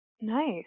Nice